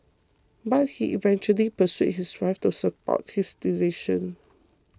but he eventually persuaded his wife to support his decision